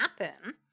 happen